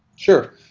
sure.